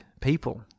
people